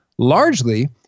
largely